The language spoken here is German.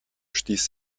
stieß